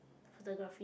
photography